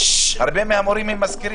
הרבה מהמורים הם מזכירי